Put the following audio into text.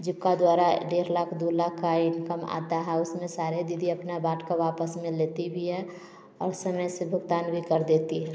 जिबका द्वारा डेढ़ लाख दो लाख का इंकम आता है उसमें सारे दीदी अपना बाट क वापस में लेती भी हैं और समय से भुगतान भी कर देती है